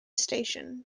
station